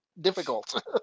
difficult